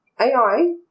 AI